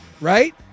right